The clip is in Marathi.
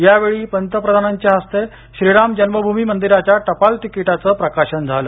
यावेळी पंतप्रधानांच्या हस्ते श्रीराम जन्मभूमी मंदिराच्या टपाल तिकिटाचं प्रकाशन झालं